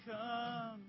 come